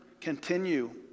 Continue